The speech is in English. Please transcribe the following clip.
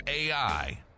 AI